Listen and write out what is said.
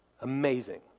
Amazing